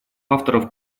авторов